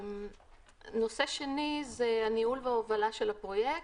נושא שני זה הניהול וההובלה של הפרויקט.